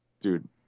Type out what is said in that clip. dude